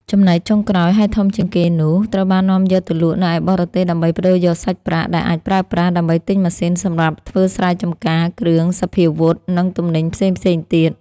ចំណែកចុងក្រោយ ហើយធំជាងគេនោះ ត្រូវបាននាំយកទៅលក់នៅឯបរទេសដើម្បីប្តូរយកសាច់ប្រាក់ ដែលអាចប្រើប្រាស់ ដើម្បីទិញម៉ាស៊ីនសម្រាប់ធ្វើស្រែចម្ការ គ្រឿងសព្វាវុធ និងទំនិញផ្សេងៗ ទៀត ។